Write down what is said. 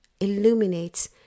illuminates